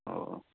ओ